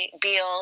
Beal